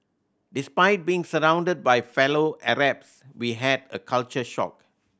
despite being surrounded by fellow Arabs we had a culture shock